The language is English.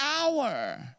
hour